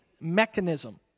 mechanism